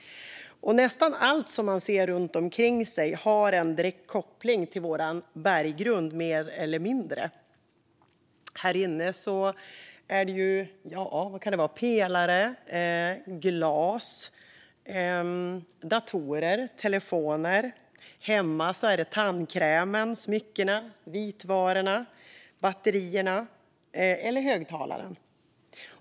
Nästan allt som man ser omkring sig har en direkt koppling till vår berggrund. Här inne i kammaren kan det vara pelare, glas, datorer och telefoner. Hemma är det tandkrämen, smyckena, vitvarorna, batterierna eller högtalaren.